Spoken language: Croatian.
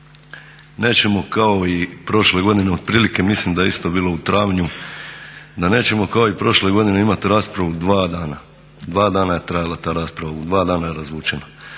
nećemo kao i prošle godine, otprilike mislim da je isto bilo u travnju, da nećemo kao i prošle godine imati raspravu dva dana. Dva dana je trajala ta rasprava, u dva dana je razvučena.